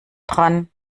dran